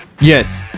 yes